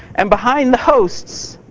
and behind the hosts,